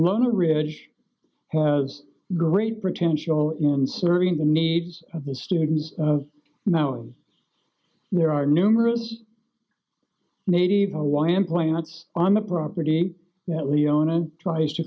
lower ridge has great potential in serving the needs of the students of now as there are numerous native hawaiian plants on the property that leona tries to